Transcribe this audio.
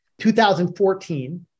2014